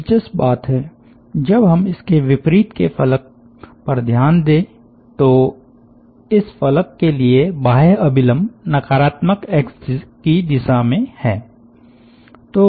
दिलचस्प बात है जब हम इसके विपरीत के फलक पर ध्यान दें तो इस फलक के लिए बाह्य अभिलम्ब नकारात्मक एक्स की दिशा में है